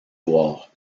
voir